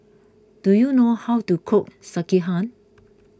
do you know how to cook Sekihan